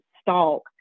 stalk